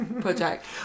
project